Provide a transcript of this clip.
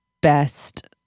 Best